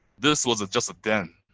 this was just a den.